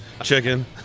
Chicken